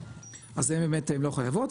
אז הן באמת לא חייבות.